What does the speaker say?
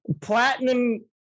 platinum